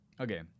Okay